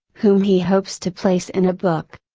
whom he hopes to place in a book.